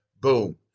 Boom